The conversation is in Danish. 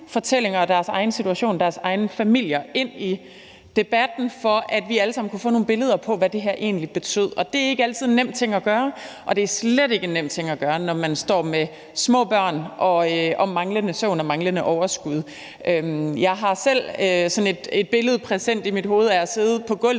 deres egen situation og deres egne familier ind i debatten, for at vi alle sammen kunne få nogle billeder af, hvad det her egentlig betød. Det er ikke altid en nem ting at gøre, og det er slet ikke en nem ting at gøre, når man står med små børn, manglende søvn og manglende overskud. Jeg har selv et billede præsent i mit hoved af at sidde på gulvet